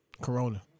Corona